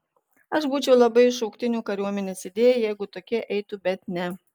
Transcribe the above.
aš būčiau labai už šauktinių kariuomenės idėją jeigu tokie eitų bet ne